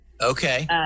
okay